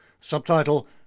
subtitle